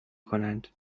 کنند